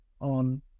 on